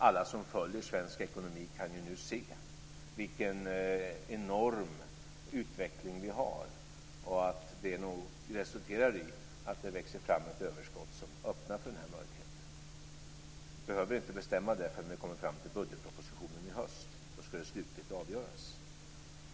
Alla som följer svensk ekonomi kan ju nu se vilken enorm utveckling vi har och att det resulterar i att det växer fram ett överskott som öppnar för den här möjligheten. Vi behöver inte bestämma det förrän vi kommer fram till budgetpropositionen i höst. Då skall det slutligt avgöras.